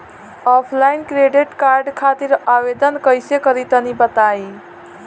Offline credit card खातिर आवेदन कइसे करि तनि बताई?